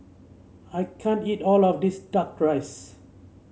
I can't eat all of this duck rice